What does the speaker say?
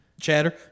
Chatter